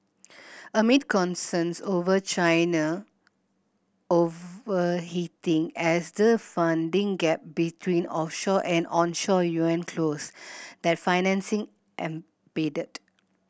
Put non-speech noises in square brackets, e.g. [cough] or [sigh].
amid concerns over China overheating as the funding gap between offshore and onshore yuan closed that financing [unintelligible]